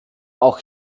auch